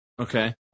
Okay